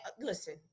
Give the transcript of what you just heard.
listen